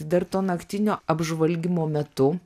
dar to naktinio apžvalgymo metu